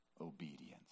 obedience